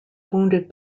wounded